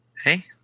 Hey